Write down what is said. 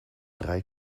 drei